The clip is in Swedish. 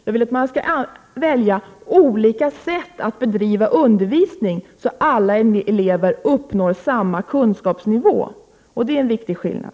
Jag vill att man skall välja olika sätt att bedriva undervisningen, så att alla elever uppnår samma kunskapsnivå. Det är en viktig skillnad!